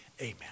Amen